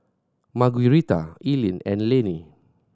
Margueritta Eileen and Lannie